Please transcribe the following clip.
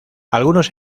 algunos